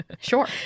Sure